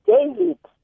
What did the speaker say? David